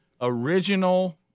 original